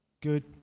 good